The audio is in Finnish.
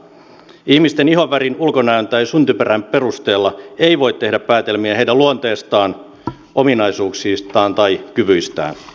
ihmisten ihonvärin ulkonäön tai syntyperän perusteella ei voi tehdä päätelmiä heidän luonteestaan ominaisuuksistaan tai kyvyistään